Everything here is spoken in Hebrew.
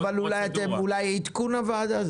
אבל אולי עדכון הוועדה?